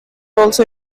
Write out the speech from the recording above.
also